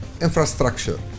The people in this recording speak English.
infrastructure